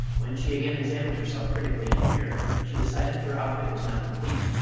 when she again examined herself critically in the mirror she decided her outfit was now complete,